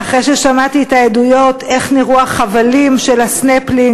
ואחרי ששמעתי את העדויות איך נראו החבלים של הסנפלינג,